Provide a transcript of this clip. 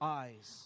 eyes